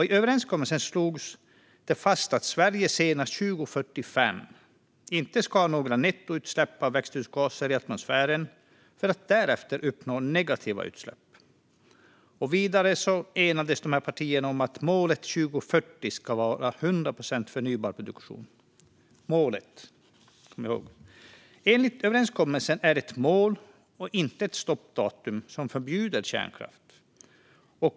I överenskommelsen slogs det fast att Sverige senast 2045 inte ska ha några nettoutsläpp av växthusgaser till atmosfären, för att därefter uppnå negativa utsläpp. Vidare enades dessa partier om att målet till 2040 ska vara 100 procent förnybar elproduktion - kom ihåg att det var målet. Enligt överenskommelsen är det ett mål och inte ett stoppdatum då man förbjuder kärnkraft.